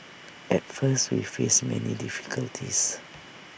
at first we faced many difficulties